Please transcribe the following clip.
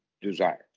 desire